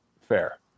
Fair